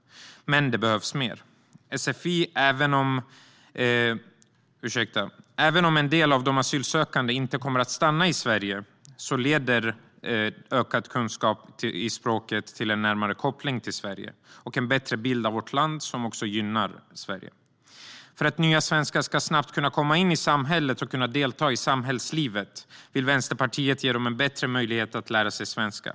Men det behövs mer. Även om en del av de asylsökande inte kommer att stanna i Sverige leder en ökad kunskap i språket till en närmare koppling till Sverige och en bättre bild av vårt land som också gynnar Sverige. För att nya svenskar snabbt ska kunna komma in i samhället och kunna delta i samhällslivet vill Vänsterpartiet ge dem bättre möjligheter att lära sig svenska.